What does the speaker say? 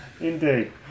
Indeed